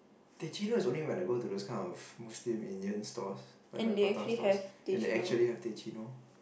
teh cino is only when I go to those kind of Muslim Indian stores like my prata stores and they actually have teh cino